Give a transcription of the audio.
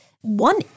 One